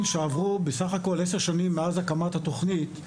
שעברו בסך הכול עשר שנים מאז הקמת התוכנית,